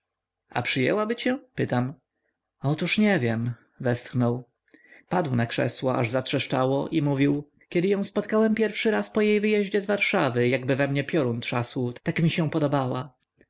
a przyjęłaby cię pytam otóż nie wiem westchnął padł na krzesło aź zatrzeszczało i mówił kiedy ją spotkałem pierwszy raz po jej wyjeździe z warszawy jakby we mnie piorun trzasł tak mi się podobała